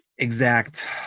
exact